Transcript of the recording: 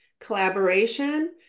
collaboration